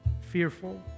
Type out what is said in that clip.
fearful